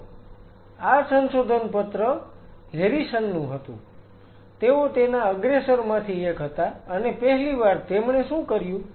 તો આ સંશોધનપત્ર હેરિસન નું હતું તેઓ તેના અગ્રેસરમાંથી એક હતા અને પહેલી વાર તેમણે શું કર્યું